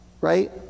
Right